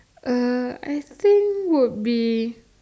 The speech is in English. uh I think would be